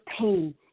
pain